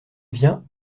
vient